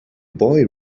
boy